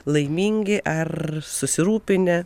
laimingi ar susirūpinę